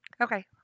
Okay